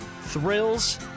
Thrills